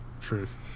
Truth